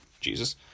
Jesus